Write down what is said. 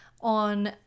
on